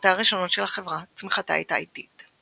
ובשנותיה הראשונות של החברה צמיחתה הייתה איטית.